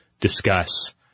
Discuss